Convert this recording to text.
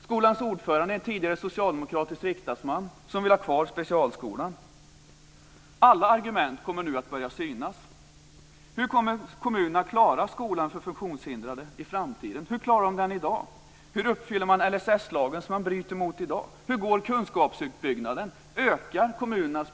Skolans ordförande är en tidigare socialdemokratisk riksdagsman och han vill ha kvar specialskolan. Alla argument kommer nu att börja synas. Hur kommer kommunerna att klara skolan för funktionshindrade i framtiden? Hur klarar de den i dag? Hur ska man uppfylla kraven i LSS-lagen, som man bryter mot i dag? Hur går det med kunskapsuppbyggnaden?